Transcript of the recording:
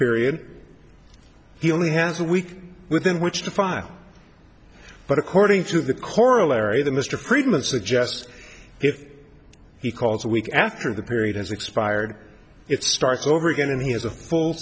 period he only has a week within which to file but according to the corollary the mr friedman suggests if he calls a week after the period has expired it starts over again and he has a full